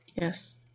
Yes